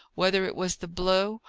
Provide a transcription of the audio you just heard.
whether it was the blow,